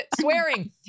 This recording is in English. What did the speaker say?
swearing